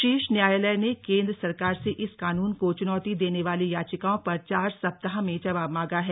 शीर्ष न्यायालय ने केन्द्र सरकार से इस कानून को चुनौती देने वाली याचिकाओं पर चार सप्ताह में जवाब मांगा है